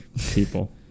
people